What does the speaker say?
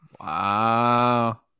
Wow